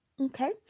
okay